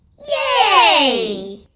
yay!